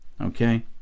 okay